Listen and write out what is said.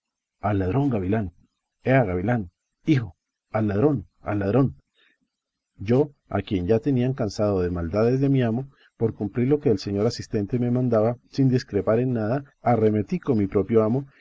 al ladrón gavilán ea gavilán hijo al ladrón al ladrón yo a quien ya tenían cansado las maldades de mi amo por cumplir lo que el señor asistente me mandaba sin discrepar en nada arremetí con mi propio amo